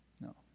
No